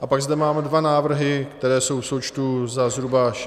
A pak zde mám dva návrhy, které jsou v součtu za zhruba 63 mil.